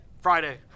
Friday